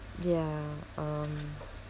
ya um